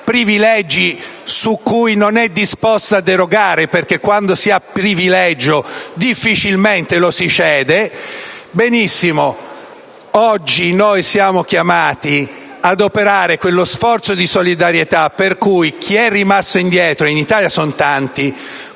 privilegi a cui non è disposta a derogare, giacché quando si ha un privilegio difficilmente lo si cede), oggi siamo chiamati ad operare quello sforzo di solidarietà per cui chi è rimasto indietro - e in Italia sono tanti